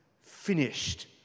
finished